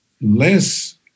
less